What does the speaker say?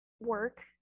work